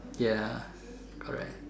ya correct